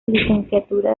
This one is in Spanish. licenciatura